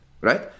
right